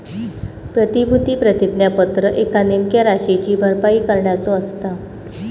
प्रतिभूती प्रतिज्ञापत्र एका नेमक्या राशीची भरपाई करण्याचो असता